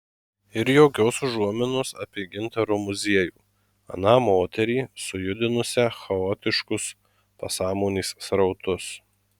ir jokios užuominos apie gintaro muziejų aną moterį sujudinusią chaotiškus pasąmonės srautus